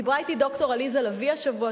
דיברה אתי ד"ר עליזה לביא השבוע,